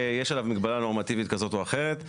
יש עליו מגבלה נורמטיבית כזאת או אחרת,